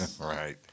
Right